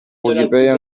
wikipedian